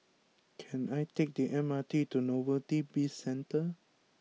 can I take the M R T to Novelty Bizcentre